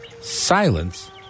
Silence